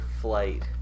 flight